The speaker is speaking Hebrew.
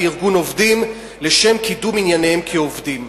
ארגון עובדים לשם קידום ענייניהם כעובדים.